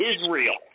Israel